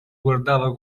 guardava